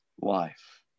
life